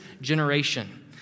generation